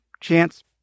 chance